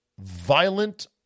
violent